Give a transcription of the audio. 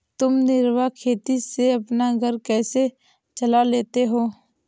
तुम निर्वाह खेती से अपना घर कैसे चला लेते हो?